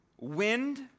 Wind